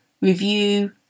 review